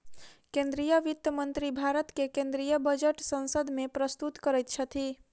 केंद्रीय वित्त मंत्री भारत के केंद्रीय बजट संसद में प्रस्तुत करैत छथि